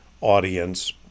audience